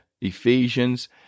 Ephesians